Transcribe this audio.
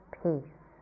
peace